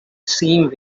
same